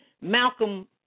Malcolm